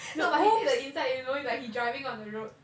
no but he take the inside you know like he driving on the road